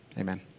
Amen